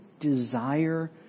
desire